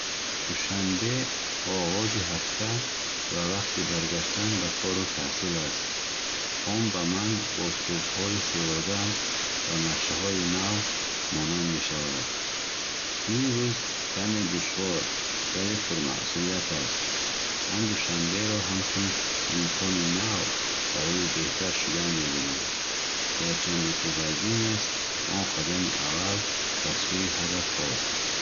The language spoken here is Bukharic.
Душанбе оғози ҳафта ва вақти баргаштан ба кору таҳсил аст. Он ба ман бо субҳҳои серодам ва нақшаҳои нав мрнанд мешавад. Ин рӯз каме душвор, вале пурмасъулият аст. Ман душанберо ҳамчун имкони нав барои беҳтар шудан мебинам. Гарчанде ки вазнин аст, он қадами аввал ба сӯи ҳадафҳост.